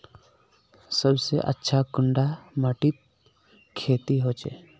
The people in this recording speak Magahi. सबसे अच्छा कुंडा माटित खेती होचे?